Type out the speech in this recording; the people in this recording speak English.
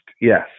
yes